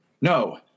no